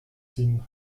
ziehen